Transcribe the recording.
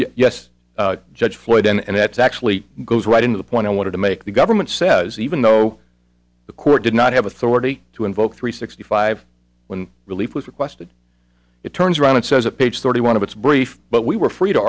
ok yes judge floyd and that's actually goes right into the point i wanted to make the government says even though the court did not have authority to invoke three sixty five when relief was requested it turns around and says a page thirty one of its brief but we were free to